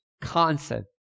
concept